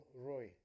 Roy